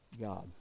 God